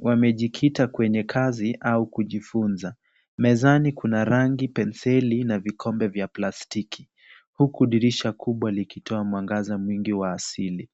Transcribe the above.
Wamejikita kwenye kazi au kujifunza. Mezani kuna rangi, penseli na vikombe vya plastiki huku dirisha kubwa likitoa mwangaza mwingi wa asili.